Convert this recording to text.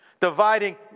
dividing